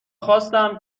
خواستم